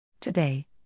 Today